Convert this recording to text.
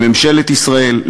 לממשלת ישראל,